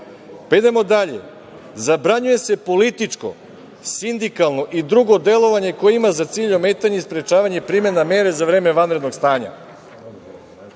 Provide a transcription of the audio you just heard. zakonom. Idemo dalje, zabranjuje se političko, sindikalno i drugo delovanje koje ima za cilj ometanje i sprečavanje primena mere za vreme vanrednog stanja.